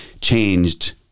changed